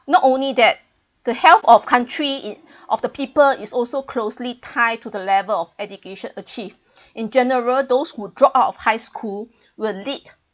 not only that the health of country it of the people is also closely tied to the level of education achieve in general those who dropped out of high school will lead